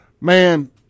Man